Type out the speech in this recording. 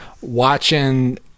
watching